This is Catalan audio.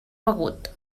begut